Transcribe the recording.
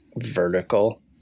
vertical